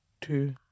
two